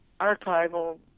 archival